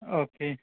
okay